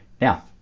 Now